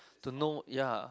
to know ya